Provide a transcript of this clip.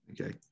Okay